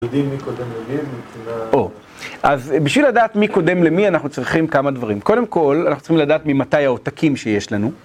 יודעים מי קודם למי, מבחינת...? או, אז בשביל לדעת מי קודם למי אנחנו צריכים כמה דברים, קודם כל אנחנו צריכים לדעת ממתי העותקים שיש לנו.